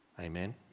amen